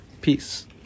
Peace